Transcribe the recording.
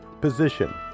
Position